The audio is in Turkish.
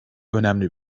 önemli